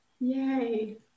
yay